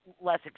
less